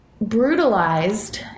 brutalized